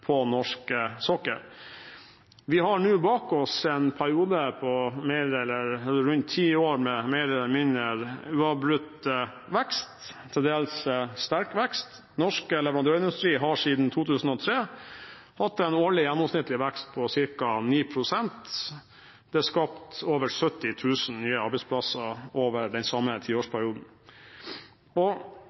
på norsk sokkel. Vi har nå bak oss en periode på rundt ti år med mer eller mindre uavbrutt vekst, til dels sterk vekst. Norsk leverandørindustri har siden 2003 hatt en årlig gjennomsnittlig vekst på ca. 9 pst. Det er skapt over 70 000 nye arbeidsplasser over den samme tiårsperioden.